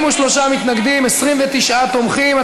43 מתנגדים, 29 תומכים.